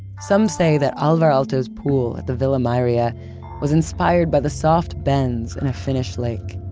some say that alvar aalto's pool at the villa mairea yeah was inspired by the soft bends in a finnish lake.